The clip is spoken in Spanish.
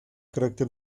carácter